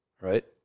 right